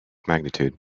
magnitude